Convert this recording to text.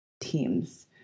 teams